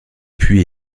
puits